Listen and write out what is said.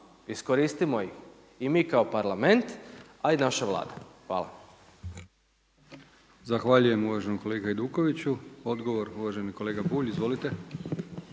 iskoristimo ih i mi kao Parlament a i naša Vlada. Hvala. **Brkić, Milijan (HDZ)** Zahvaljujem uvaženom kolegi Hajdukoviću. Odgovor uvaženi kolega Bulj. Izvolite.